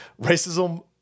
Racism